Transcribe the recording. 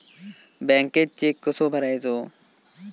बँकेत चेक कसो भरायचो?